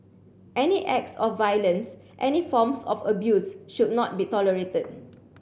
any acts of violence any forms of abuse should not be tolerated